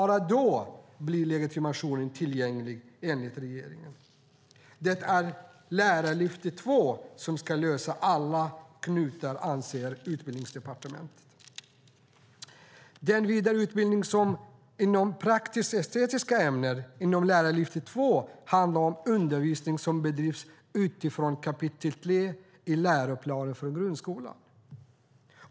Bara då blir legitimationen tillgänglig, enligt regeringen. Det är Lärarlyftet 2 som ska lösa alla knutar, anser Utbildningsdepartementet. Den vidareutbildning som finns i praktisk-estetiska ämnen inom Lärarlyftet 2 handlar om undervisning som bedrivs utifrån kapitel 3 i läroplanen för grundskolan.